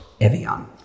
Evian